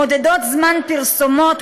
מודדות זמן פרסומות,